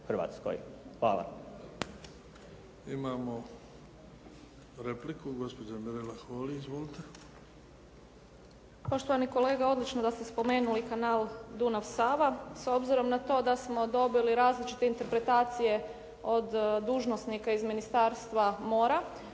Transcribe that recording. (HDZ)** Hvala. Imamo repliku gospođa Mirela Holy. Izvolite. **Holy, Mirela (SDP)** Poštovani kolega odlično da ste spomenuli kanal Dunav-Sava s obzirom na to da smo dobili različite interpretacije od dužnosnika iz Ministarstva mora